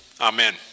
Amen